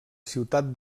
ciutat